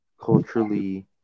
culturally